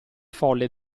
folle